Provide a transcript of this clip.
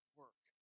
work